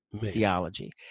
theology